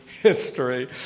history